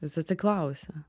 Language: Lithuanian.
jis atsiklausė